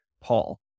Paul